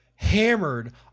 hammered